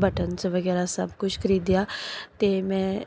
buttons ਵਗੈਰਾ ਸਭ ਕੁਛ ਖਰੀਦਿਆ ਅਤੇ ਮੈਂ